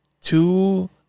Two